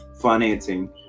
financing